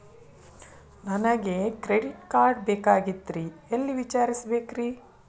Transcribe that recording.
ನನಗೆ credit card ಬೇಕಾಗಿತ್ರಿ ಎಲ್ಲಿ ವಿಚಾರಿಸಬೇಕ್ರಿ?